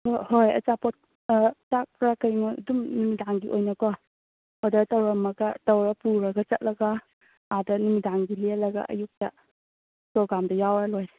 ꯍꯣꯏ ꯍꯣꯏ ꯑꯆꯥꯄꯣꯠ ꯆꯥꯛ ꯈꯔ ꯀꯩꯅꯣ ꯑꯗꯨꯝ ꯅꯨꯃꯤꯗꯥꯡꯒꯤ ꯑꯣꯏꯅꯀꯣ ꯑꯣꯗꯔ ꯇꯧꯔꯝꯂꯒ ꯇꯧꯔ ꯄꯨꯔꯒ ꯆꯜꯂꯒ ꯑꯥꯗ ꯅꯨꯃꯤꯗꯥꯡꯁꯤ ꯂꯦꯜꯂꯒ ꯑꯌꯨꯛꯇ ꯄ꯭ꯔꯣꯒ꯭ꯔꯥꯝꯗꯣ ꯌꯥꯎꯔ ꯂꯣꯏꯔꯦ